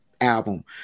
album